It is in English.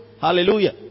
Hallelujah